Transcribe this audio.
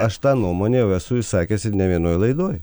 aš tą nuomonę jau esu išsakęs ir ne vienoj laidoj